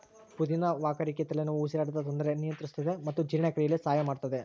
ಪುದಿನ ವಾಕರಿಕೆ ತಲೆನೋವು ಉಸಿರಾಟದ ತೊಂದರೆ ನಿಯಂತ್ರಿಸುತ್ತದೆ ಮತ್ತು ಜೀರ್ಣಕ್ರಿಯೆಯಲ್ಲಿ ಸಹಾಯ ಮಾಡುತ್ತದೆ